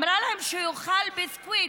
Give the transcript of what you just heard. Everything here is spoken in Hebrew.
אמרה להם: שיאכלו ביסקוויט,